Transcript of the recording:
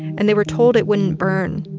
and they were told it wouldn't burn.